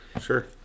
Sure